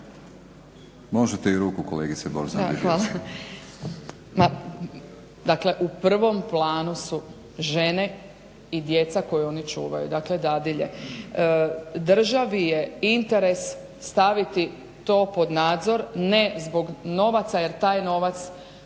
vidio sam. **Borzan, Biljana (SDP)** Dakle, u prvom planu su žene i djeca koje oni čuvaju. Dakle dadilje. Državi je interes staviti to pod nadzor ne zbog novaca, jer taj novac